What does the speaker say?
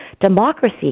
democracy